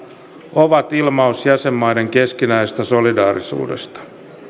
ovat ilmaus jäsenmaiden keskinäisestä solidaarisuudesta